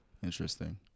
Interesting